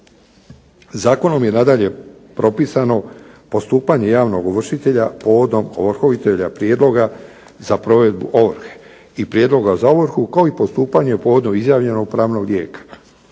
Zakonom je nadalje propisano postupanje javnog ovršitelja povodom ovrhovoditeljevog prijedloga za provedbu ovrhe i prijedloga za ovrhu kao i o postojanju povodom izjavljenog pravnog lijeka.